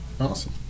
Awesome